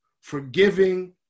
forgiving